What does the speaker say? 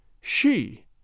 She